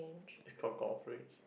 it's called golf range